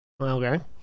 Okay